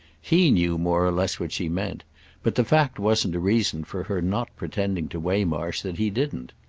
he knew more or less what she meant but the fact wasn't a reason for her not pretending to waymarsh that he didn't.